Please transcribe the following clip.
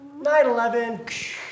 9-11